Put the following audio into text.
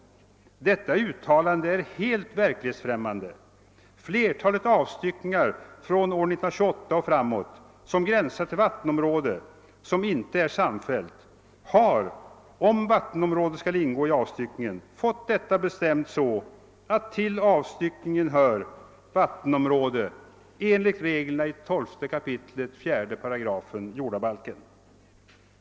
Detta uttalande är helt verklighetsfrämmande. Flertalet avstyckningar från år 1928 och framåt som gränsar till vattenområde som inte är samfällt har, om vattenområde skall ingå i avstyckningen, fått detta bestämt så, att till avstyckningen hör vattenområde enligt regeln i 12 kap. 4 8 jordabalken.